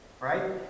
Right